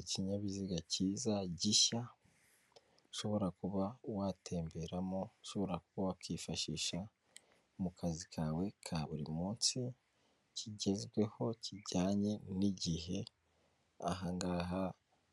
Ikinyabiziga kiza gishya ushobora kuba watemberamo, ushobora kuba wakwifashisha mu kazi kawe ka buri munsi, kigezweho kijyanye n'igihe aha ngaha